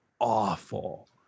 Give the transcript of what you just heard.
awful